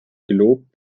gelobt